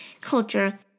culture